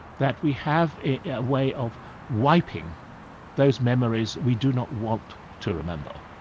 that we have a way of wiping those memories we do not want to remember.